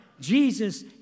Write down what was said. Jesus